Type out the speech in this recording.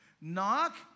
Knock